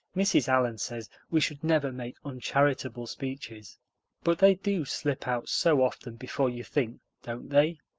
mrs. allan says we should never make uncharitable speeches but they do slip out so often before you think, don't they?